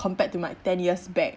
compared to my ten years back